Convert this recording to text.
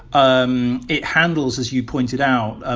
um it handles, as you pointed out, ah